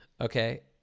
Okay